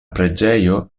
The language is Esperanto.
preĝejo